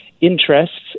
interests